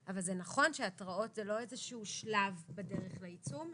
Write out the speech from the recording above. אבל זה נכון שהתרעות זה לא איזשהו שלב בדרך לעיצום.